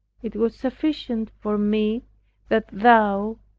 it was sufficient for me that thou,